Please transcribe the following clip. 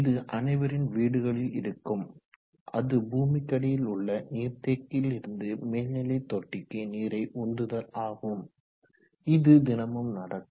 இது அனைவரின் வீடுகளில் இருக்கும் அது பூமிக்கடியில் உள்ள நீர் தேக்கியிலிருந்து மேல்நிலை தொட்டிக்கு நீரை உந்துதல் ஆகும் இது தினமும் நடக்கும்